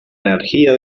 energía